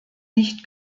nicht